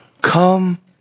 come